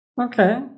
Okay